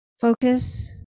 Focus